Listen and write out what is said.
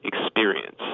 experience